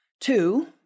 Two